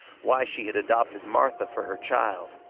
why she had adopted martha fur her child.